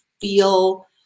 feel